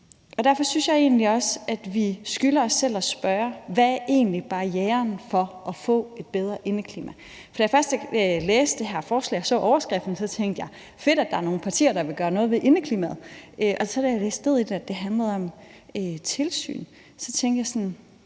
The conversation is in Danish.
vi skylder os selv at spørge om, hvad barrieren egentlig er for at få et bedre indeklima. Da jeg først læste det her forslag og så overskriften, tænkte jeg, at det er fedt, at der er nogen partier, der vil gøre noget ved indeklimaet, men da jeg så læste ned i det og så, at det handlede om tilsyn, tænkte jeg,